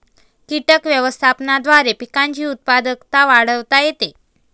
कीटक व्यवस्थापनाद्वारे पिकांची उत्पादकता वाढवता येते